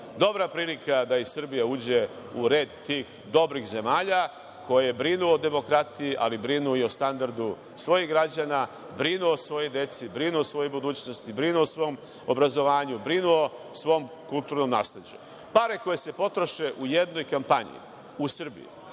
dobra prilika da i Srbija uđe u red tih dobrih zemalja koje brinu o demokratiji, ali brinu i o standardu svojih građana, brinu o svojoj deci, brinu o svojoj budućnosti, brinu o svom obrazovanju, brinu o svom kulturnom nasleđu. Pare koje se potroše u jednoj kampanji u Srbiji